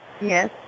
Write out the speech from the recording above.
yes